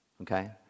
Okay